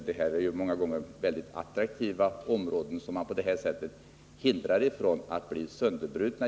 Ofta är det fråga om mycket attraktiva områden som på detta sätt skulle hindras från att bli sönderbrutna.